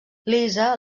lisa